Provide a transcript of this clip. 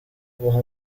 guha